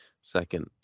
second